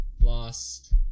lost